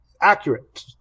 accurate